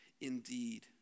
indeed